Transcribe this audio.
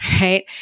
right